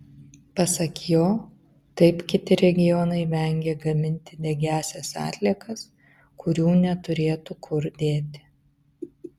pasak jo taip kiti regionai vengia gaminti degiąsias atliekas kurių neturėtų kur dėti